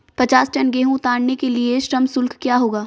पचास टन गेहूँ उतारने के लिए श्रम शुल्क क्या होगा?